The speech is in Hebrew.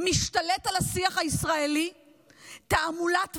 משתלטת על השיח הישראלי תעמולה תבוסתנית,